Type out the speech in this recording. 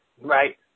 Right